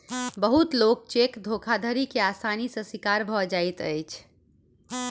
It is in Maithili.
बहुत लोक चेक धोखाधड़ी के आसानी सॅ शिकार भ जाइत अछि